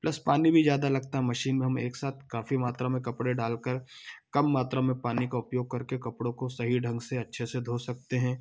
plus पानी भी ज़्यादा लगता मशीन में हम एक साथ काफ़ी मात्रा में कपड़े डाल कर कम मात्रा में पानी का उपयोग करके कपड़ो को सही ढंग से अच्छे से धो सकते हैं